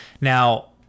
Now